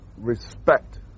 respect